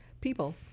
people